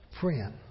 Friend